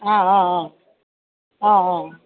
অ অ অ অ অ